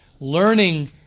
learning